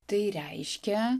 tai reiškia